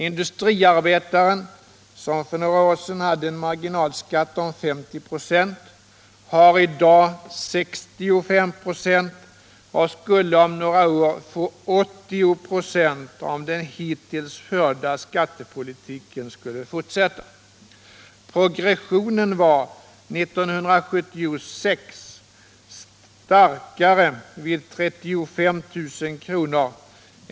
Industriarbetaren, som för några år sedan hade en marginalskatt på 50 926, har i dag 65 ?6 och skulle om några år få 80 26 om den hittills förda skattepolitiken fortsatte. Progressionen var 1976 starkare vid 35 000 kr.